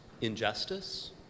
injustice